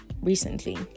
recently